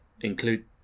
include